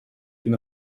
une